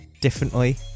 differently